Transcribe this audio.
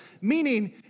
Meaning